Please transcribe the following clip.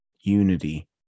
unity